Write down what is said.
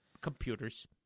Computers